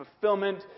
fulfillment